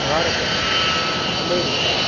भारतम् अमेरिका